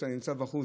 כשאתה נמצא בחוץ.